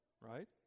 right